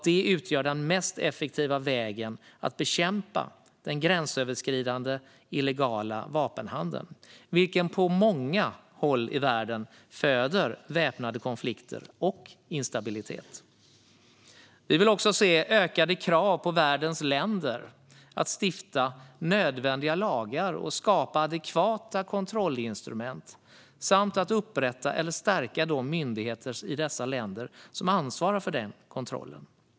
Det utgör den mest effektiva vägen att bekämpa den gränsöverskridande illegala vapenhandeln, vilken på många håll i världen föder väpnade konflikter och instabilitet. Vi vill också se ökade krav på världens länder att stifta nödvändiga lagar, skapa adekvata kontrollinstrument och upprätta eller stärka myndigheter i de länder som ansvarar för den kontrollen.